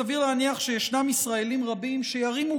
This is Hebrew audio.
סביר להניח שישנם ישראלים רבים שירימו